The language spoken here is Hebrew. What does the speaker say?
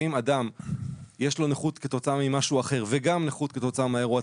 אם לאדם יש נכות כתוצאה ממשהו אחר וגם נכות כתוצאה מאירוע צבאי,